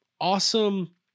Awesome